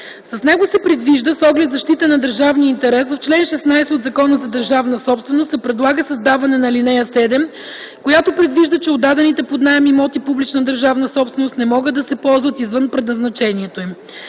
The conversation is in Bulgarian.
госпожа Захариева. С оглед защита на държавния интерес, в чл. 16 от Закона за държавната собственост се предлага създаване на ал. 7, която предвижда, че отдадените под наем имоти - публична държавна собственост, не могат да се ползват извън предназначението им.